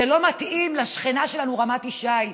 זה לא מתאים לשכנה שלנו רמת ישי,